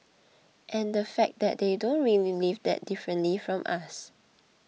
and the fact that they don't really live that differently from us